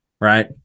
right